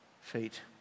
feet